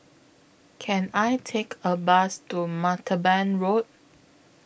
Can I Take A Bus to Martaban Road